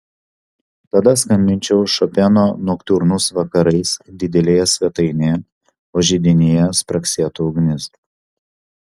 tada skambinčiau šopeno noktiurnus vakarais didelėje svetainėje o židinyje spragsėtų ugnis